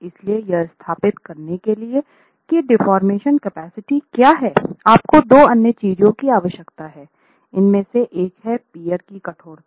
इसलिए यह स्थापित करने के लिए की डेफोर्मेशन कैपेसिटी क्या है आपको दो अन्य चीज़ों की आवश्यकता है इसमे से एक है पीअर की कठोरता